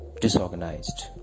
disorganized